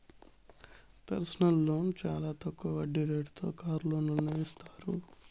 personal loan చానా తక్కువ వడ్డీ రేటుతో కారు లోన్లను ఇత్తారు